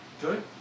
Good